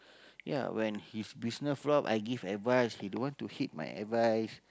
ya when his business flop I give advice he don't want to heed my advice